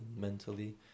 mentally